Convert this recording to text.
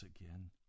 again